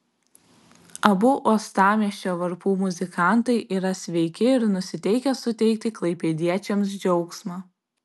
abu uostamiesčio varpų muzikantai yra sveiki ir nusiteikę suteikti klaipėdiečiams džiaugsmą